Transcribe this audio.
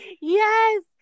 Yes